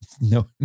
No